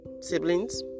siblings